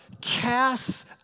casts